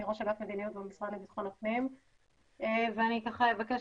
אני ראש אגף מדיניות במשרד לבטחון הפנים ואני אבקש